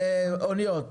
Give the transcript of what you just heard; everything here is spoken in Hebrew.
אוניות.